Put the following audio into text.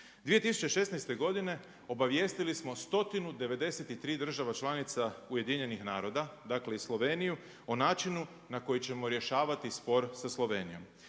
2016. obavijestili smo 193 država članica UN-a, dakle i Sloveniju o načinu na koji ćemo rješavati spor sa Slovenijom,